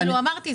כאילו אמרתי,